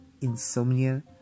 insomnia